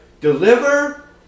deliver